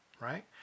right